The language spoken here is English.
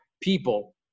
people